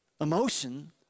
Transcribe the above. emotion